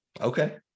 Okay